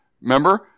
Remember